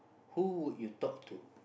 who would you talk to